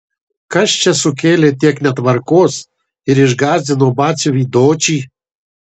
kas čia sukėlė tiek netvarkos ir išgąsdino batsiuvį dočį